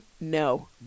No